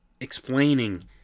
explaining